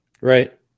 Right